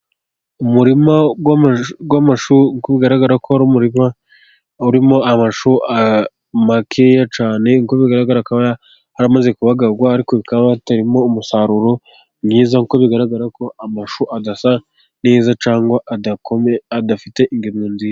Umurima w'amashu bigaragara ko ari umurima urimo amashu make cyane, uko bigaragara yamaze kubagarwa ariko hakaba hatarimo umusaruro mwiza kuko bigaragara ko amashu adasa neza cyangwa adakomeye adafite indemo nziza.